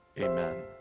Amen